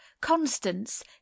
Constance